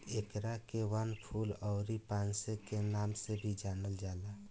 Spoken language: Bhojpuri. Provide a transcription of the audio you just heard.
एकरा के वनफूल अउरी पांसे के नाम से भी जानल जाला